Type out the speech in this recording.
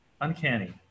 uncanny